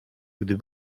gdy